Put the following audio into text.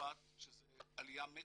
מצרפת שזו עליה מצוינת.